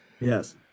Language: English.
Yes